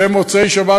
ומוצאי-שבת,